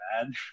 bad